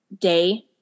day